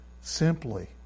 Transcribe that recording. simply